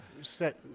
set